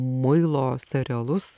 muilo serialus